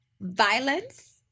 violence